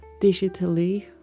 digitally